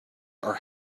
are